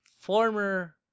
former